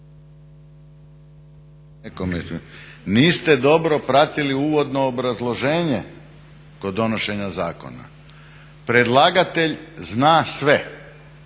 Niste dobro pratili uvodno obrazloženje kod donošenja zakona. Predlagatelj zna sve,